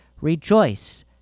rejoice